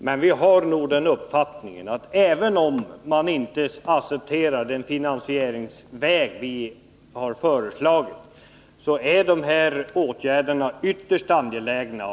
Men vi har nog den uppfattningen att även om man inte accepterar den finansieringsväg som vi har föreslagit, är de här åtgärderna ytterst angelägna.